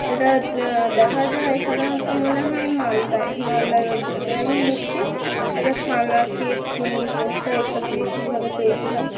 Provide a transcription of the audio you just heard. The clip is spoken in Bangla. এটা দেখা যায় সাধারণত মনে হয় মালদায় মালদার ঐতিহ্যবাহী মিষ্টি এটা ছানা ক্ষীর চিনি পোস্তা এসব দিয়ে কীভাবে তৈরি হয়